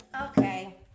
Okay